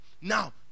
Now